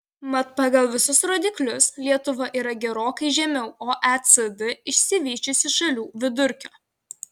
mat pagal visus rodiklius lietuva yra gerokai žemiau oecd išsivysčiusių šalių vidurkio